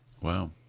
Wow